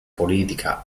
politica